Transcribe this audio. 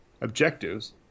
objectives